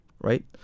right